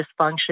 dysfunction